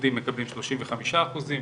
האיגודים מקבלים שלושים וחמישה אחוזים,